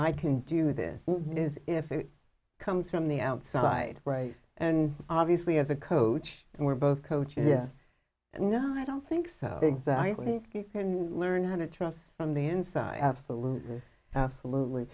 i can do this is if it comes from the outside right and obviously as a coach and we're both coaches yes and no i don't think so exactly you can learn how to trust from the inside absolutely absolutely